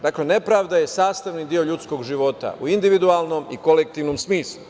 Dakle, nepravda je sastavni deo ljudskog života u individualnom i kolektivnom smislu.